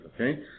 okay